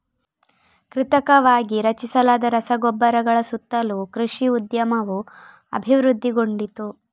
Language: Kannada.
ಕೃತಕವಾಗಿ ರಚಿಸಲಾದ ರಸಗೊಬ್ಬರಗಳ ಸುತ್ತಲೂ ಕೃಷಿ ಉದ್ಯಮವು ಅಭಿವೃದ್ಧಿಗೊಂಡಿತು